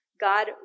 God